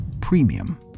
Premium